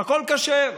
הכול כשר.